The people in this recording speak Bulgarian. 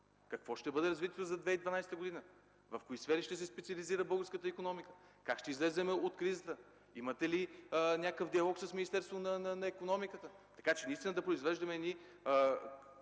какво ще бъде развитието за 2012 г., в кои сфери ще се специализира българската икономика. Как ще излезем от кризата? Имате ли някакъв диалог с Министерството на икономиката, така че наистина да произвеждаме едни